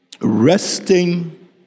Resting